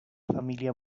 familia